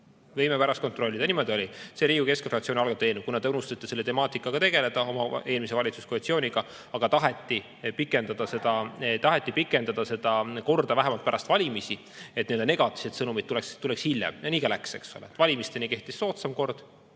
Võime pärast kontrollida, aga niimoodi oli. See oli Riigikogu keskfraktsiooni algatatud eelnõu. Te unustasite selle temaatikaga tegeleda oma eelmise valitsuskoalitsiooniga, aga taheti pikendada seda korda vähemalt [ajani] pärast valimisi, et nii-öelda negatiivsed sõnumid tuleks hiljem. Nii ka läks, eks ole. Valimisteni kehtis soodsam kord